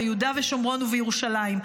ביהודה ושומרון ובירושלים.